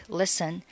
listen